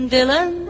Dylan